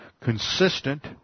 consistent